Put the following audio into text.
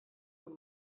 wenn